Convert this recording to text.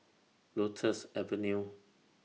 Lotus Avenue